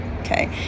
Okay